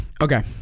okay